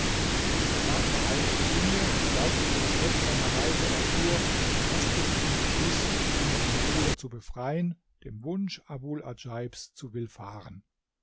mein vater eilte zu mir und sobald ich den zweck seiner reise erfuhr faßte ich den entschluß um meinen bruder zu befreien dem wunsch abul adjaibs zu